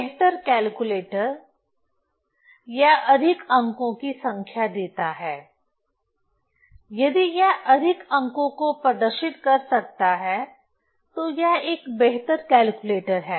बेहतर कैलकुलेटर यह अधिक अंकों की संख्या देता है यदि यह अधिक अंकों को प्रदर्शित कर सकता है तो यह एक बेहतर कैलकुलेटर है